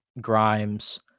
Grimes